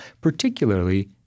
particularly